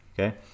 okay